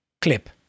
clip